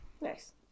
Nice